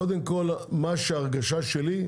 קודם כל, ההרגשה שלי היא